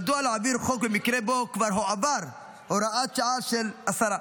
מדוע להעביר חוק במקרה שבו כבר הועברה הוראת שעה של השרה?